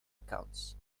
accounts